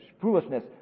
foolishness